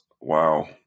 Wow